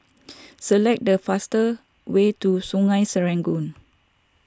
select the fastest way to Sungei Serangoon